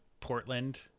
Portland